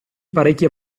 parecchie